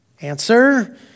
Answer